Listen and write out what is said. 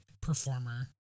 performer